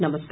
नमस्कार